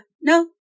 No